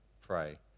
pray